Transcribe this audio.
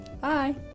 Bye